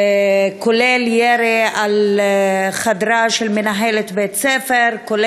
שכללו ירי על חדרה של מנהלת בית-ספר וכל